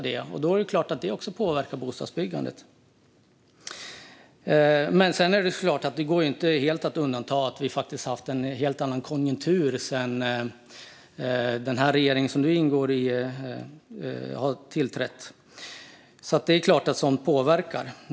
Det är klart att det också påverkar bostadsbyggandet. Det går såklart inte helt att bortse från att vi har haft en helt annan konjunktur sedan den regering som statsrådet ingår i tillträdde. Sådant påverkar såklart.